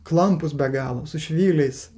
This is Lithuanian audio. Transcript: klampūs be galo su švyliais